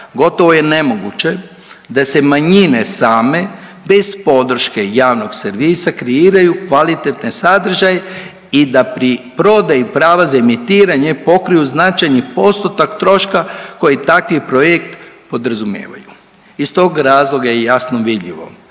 gotovo je nemoguće da se manjine same bez podrške javnog servisa kreiraju kvalitetne sadržaj i da pri prodaji prava za emitiranje pokriju značajni postotak troška koji takvi projekt podrazumijevaju. Iz tog razloga je jasno vidljivo